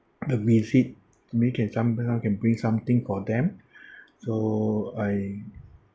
the visit I mean can some some can bring something for them so I